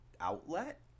outlet